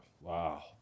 Wow